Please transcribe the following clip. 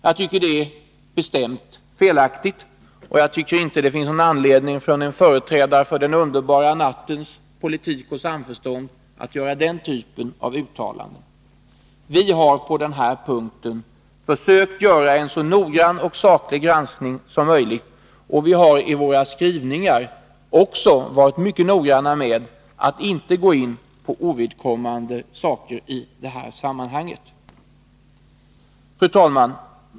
Jag tycker det är ett felaktigt uttalande, och jag tycker inte att det finns någon anledning för en företrädare för den underbara nattens politik och samförstånd att göra den typen av uttalande. Vi har på den här punkten försökt att göra en så noggrann och saklig granskning som möjligt. Också i våra skrivningar har vi varit mycket noggranna med att inte gå in på ovidkommande saker i detta sammanhang. Fru talman!